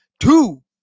Two